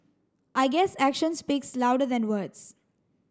I guess action speaks louder than words